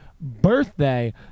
birthday